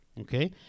okay